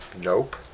Nope